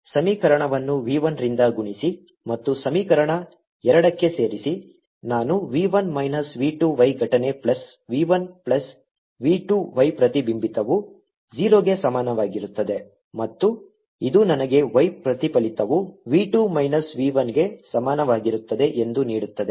ಸಮೀಕರಣವನ್ನು v 1 ರಿಂದ ಗುಣಿಸಿ ಮತ್ತು ಸಮೀಕರಣ ಎರಡಕ್ಕೆ ಸೇರಿಸಿ ನಾನು v 1 ಮೈನಸ್ v 2 y ಘಟನೆ plus v 1 plus v 2 y ಪ್ರತಿಬಿಂಬಿತವು 0 ಗೆ ಸಮಾನವಾಗಿರುತ್ತದೆ ಮತ್ತು ಇದು ನನಗೆ y ಪ್ರತಿಫಲಿತವು v 2 ಮೈನಸ್ v 1 ಗೆ ಸಮಾನವಾಗಿರುತ್ತದೆ ಎಂದು ನೀಡುತ್ತದೆ